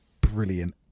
brilliant